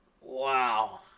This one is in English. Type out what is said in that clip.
wow